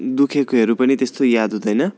दुखेकोहरू पनि त्यस्तो याद हुँदैन